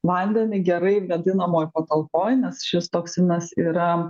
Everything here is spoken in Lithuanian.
vandenį gerai vėdinamoj patalpoj nes šis toksinas yra